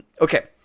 Okay